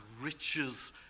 riches